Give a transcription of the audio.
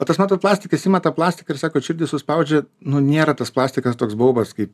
o tas matot plastikas imat tą plastiką ir sakot širdį suspaudžia nu nėra tas plastikas toks baubas kaip